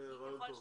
זה רעיון טוב.